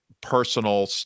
personal